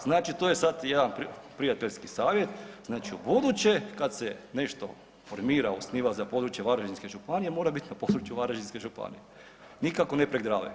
Znači to je sad jedan prijateljski savjet, znači ubuduće kad se nešto formira osniva za područje Varaždinske županije mora biti na području Varaždinske županije nikako ne prek Drave.